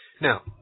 Now